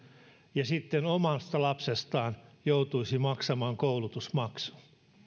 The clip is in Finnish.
ja sitten omasta lapsestaan joutuisi maksamaan koulutusmaksun